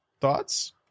thoughts